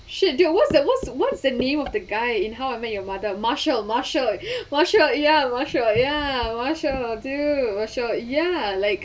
shit dude what's that what's what's the name of the guy in how I met your mother marshal marshal marshal ya marshal ya marshal dude marshal ya like